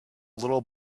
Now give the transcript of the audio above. little